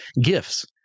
gifts